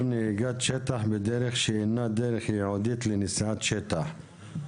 נהיגת שטח בדרך שאינה דרך ייעודית לנסיעת שטח),